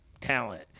talent